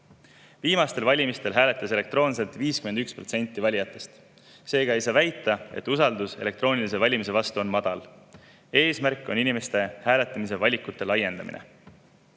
Viimastel valimistel hääletas elektrooniliselt 51% valijatest. Seega ei saa väita, nagu usaldus elektrooniliste valimiste vastu oleks madal. Eesmärk on inimeste hääletamisvalikute laiendamine.